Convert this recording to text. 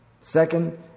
Second